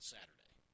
Saturday